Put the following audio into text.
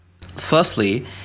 firstly